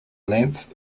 length